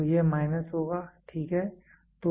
तो यह माइनस होगा ठीक है